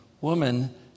Woman